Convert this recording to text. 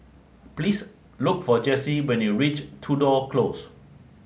please look for Jessie when you reach Tudor Close